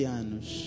anos